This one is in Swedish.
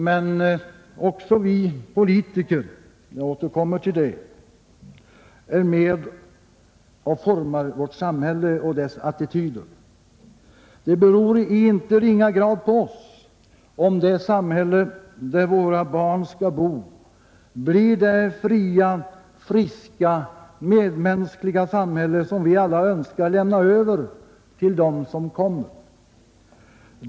Även vi politiker — jag återkommer till det — är med och formar vårt samhälle och dess attityder. Det beror i inte ringa grad på oss om det samhälle, där våra barn skall bo, blir det fria, friska och medmänskliga samhälle, som vi alla önskar lämna över till dem som kommer.